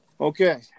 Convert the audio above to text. Okay